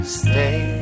stay